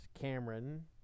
Cameron